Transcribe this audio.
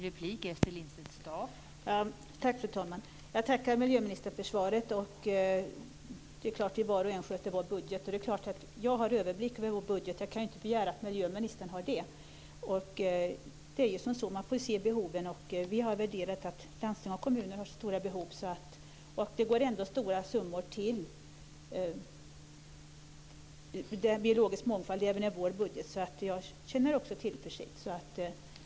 Fru talman! Jag tackar miljöministern för svaret. Det är klart att var och en sköter sin budget. Jag har överblick över vår budget, men jag kan ju inte begära att miljöministern har det. Man får se på behoven, och vi har värderat att landsting och kommuner har stora behov. Det avsätts stora summor till den biologiska mångfalden även i vår budget, så jag känner också tillförsikt.